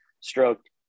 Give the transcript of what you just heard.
stroked